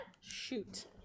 shoot